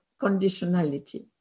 conditionality